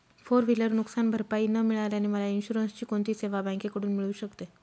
Four wheeler नुकसानभरपाई न मिळाल्याने मला इन्शुरन्सची कोणती सेवा बँकेकडून मिळू शकते?